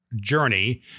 journey